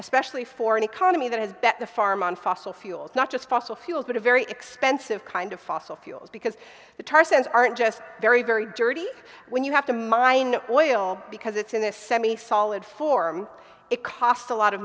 especially for an economy that has bet the farm on fossil fuels not just fossil fuels but a very expensive kind of fossil fuels because the tar sands aren't just very very dirty when you have to mine oil because it's in a semi solid form it costs a lot of